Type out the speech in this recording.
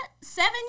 seven